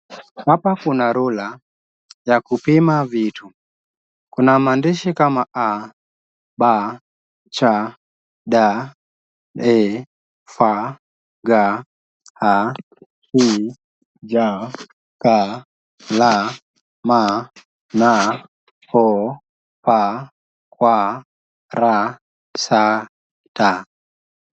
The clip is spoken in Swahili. Hapa kuna rula ya kupima vitu. Kuna maandishi kama a,b,c,d,e,f,g,h,I,j,k,l,m,n,o,p,q,r,s,t.